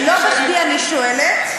ולא בכדי אני שואלת.